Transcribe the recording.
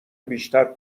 بیشتر